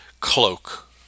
cloak